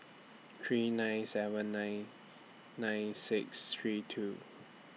three nine seven nine nine six three two